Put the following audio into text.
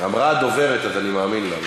אמרה הדוברת, אז אני מאמין לה.